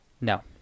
No